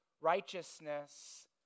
righteousness